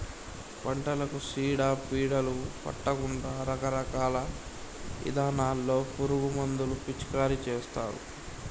పంటలకు సీడ పీడలు పట్టకుండా రకరకాల ఇథానాల్లో పురుగు మందులు పిచికారీ చేస్తారు